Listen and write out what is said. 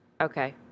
Okay